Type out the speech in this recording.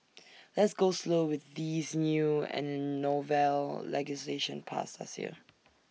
let's go slow with this new and novel legislation passed last year